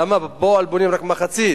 למה בפועל בונים רק מחצית?